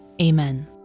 Amen